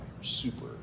super